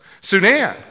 Sudan